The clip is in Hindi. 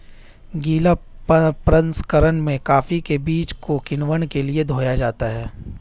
गीला प्रसंकरण में कॉफी के बीज को किण्वन के लिए धोया जाता है